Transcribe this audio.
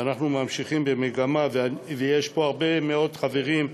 ואנחנו ממשיכים במגמה, ויש פה הרבה מאוד חברים,